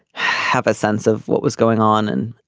have a sense of what was going on and